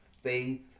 Faith